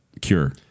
Cure